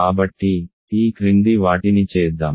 కాబట్టి ఈ క్రింది వాటిని చేద్దాం